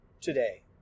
today